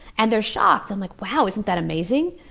and they're shocked, and like, wow, isn't that amazing.